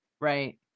right